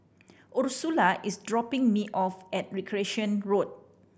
Ursula is dropping me off at Recreation Road